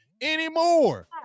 anymore